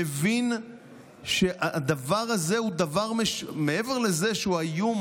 מבין שהדבר הזה הוא דבר שמעבר לזה שהוא האיום